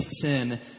sin